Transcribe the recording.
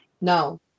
No